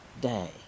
day